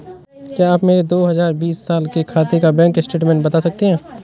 क्या आप मेरे दो हजार बीस साल के खाते का बैंक स्टेटमेंट बता सकते हैं?